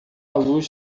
luz